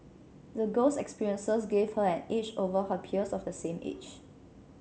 the girl's experiences gave her an edge over her peers of the same age